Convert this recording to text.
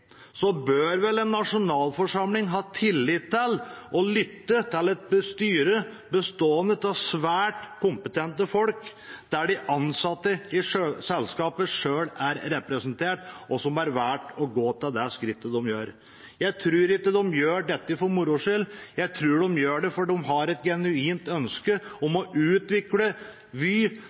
bør vel en nasjonalforsamling ha tillit til og lytte til et styre bestående av svært kompetente folk, der de ansatte i selskapet selv er representert, som har valgt å gå til det skrittet de gjør. Jeg tror ikke de gjør dette for moro skyld, jeg tror de gjør det fordi de har et genuint ønske om å utvikle Vy